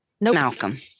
Malcolm